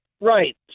right